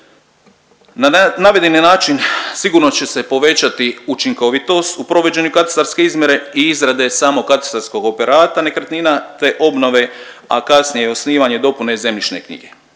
Na navedeni način sigurno će se povećati učinkovitost u provođenju katastarske izmjere i izrade samog katastarskog operata nekretnina, te obnove, a kasnije i osnivanje dopune zemljišne knjige.